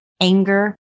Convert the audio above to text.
anger